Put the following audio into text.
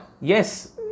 yes